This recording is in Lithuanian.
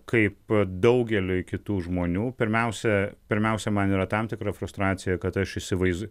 kaip daugeliui kitų žmonių pirmiausia pirmiausia man yra tam tikra frustracija kad aš įsivaiz